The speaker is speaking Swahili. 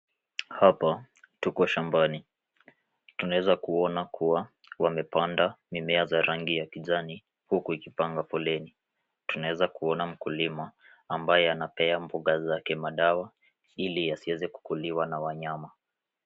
Hapa tuko shambani tunaeza kuona kuwa wamepanda mimea za rangi ya kijani huku zikipanga foleni. Tunaeza kuona mkulima ambaye anapea mboga zake madawa ili yasiweze kukuliwa na wanyama.